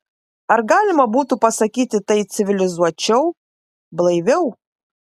ar galima būtų pasakyti tai civilizuočiau blaiviau